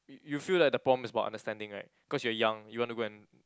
you you feel like the problem is about understanding right cause you are young you want to go and